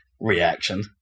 reaction